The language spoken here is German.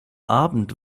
abend